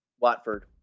Watford